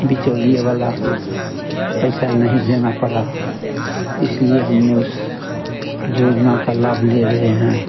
बिचौलिये वाला पैसा नहीं देना पड़ा इसलिए हमने उस योजना का लाभ ले रहे हैं